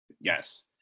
Yes